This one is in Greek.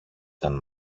ήταν